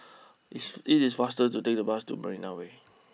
if it is faster to take the bus to Marina way